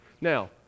Now